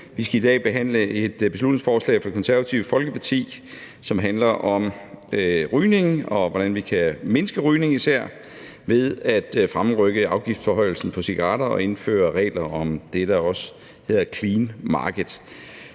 Vi skal i dag behandle et beslutningsforslag fra Det Konservative Folkeparti, som handler om rygning og især om, hvordan vi kan mindske rygning ved at fremrykke afgiftsforhøjelsen på cigaretter og indføre regler om det, der også hedder clean market.